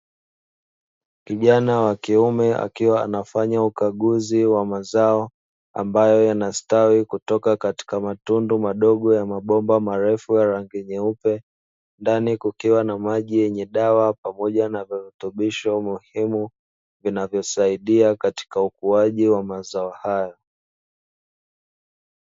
Kijana wa kiume akiwa anafanya ukaguzi wa mazao ambao yanastawi kutoka katika matundo madogo ya mabomba marefu ya rangi nyeupe, ndani kukiwa na maji yenye dawa pamoja na virutubisho muhimu vinavyosaidia katika ukuaji wa mazao hayo.